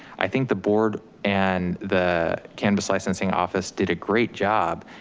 i think the board and the cannabis licensing office did a great job